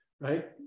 right